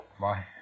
Bye